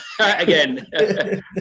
again